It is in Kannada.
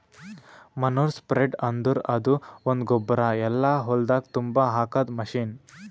ಮನೂರ್ ಸ್ಪ್ರೆಡ್ರ್ ಅಂದುರ್ ಅದು ಒಂದು ಗೊಬ್ಬರ ಎಲ್ಲಾ ಹೊಲ್ದಾಗ್ ತುಂಬಾ ಹಾಕದ್ ಮಷೀನ್